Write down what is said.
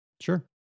Sure